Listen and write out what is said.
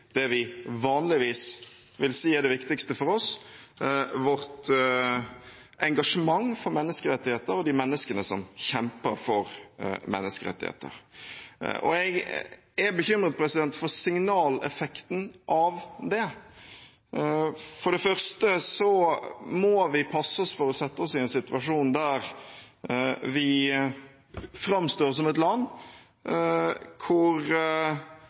det vi vanligvis vil si er det viktigste for oss: vårt engasjement for menneskerettigheter og de menneskene som kjemper for menneskerettigheter. Jeg er bekymret for signaleffekten av det. For det første må vi passe oss for å sette oss i en situasjon der vi framstår som et land hvor